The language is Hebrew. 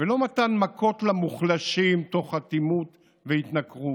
ולא מתן מכות למוחלשים תוך אטימות והתנכרות.